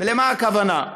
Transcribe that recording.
ולמה הכוונה?